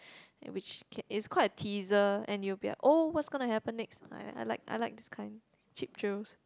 which can is quite a teaser and you will be like oh what's gonna happen next I I like I like this kind cheap thrills